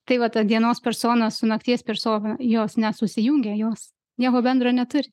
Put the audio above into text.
tai va ta dienos persona su nakties persona jos nesusijungia jos nieko bendro neturi